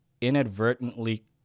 inadvertently